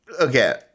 Okay